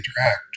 interact